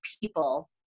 people